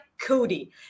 Cody